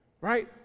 Right